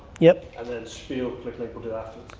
yeah and then spiel, click link, we'll do that